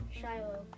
Shiloh